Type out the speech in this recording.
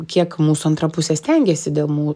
kiek mūsų antra pusė stengiasi dėl mū